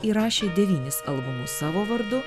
įrašė devynis albumus savo vardu